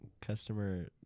customer